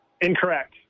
Incorrect